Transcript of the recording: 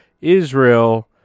Israel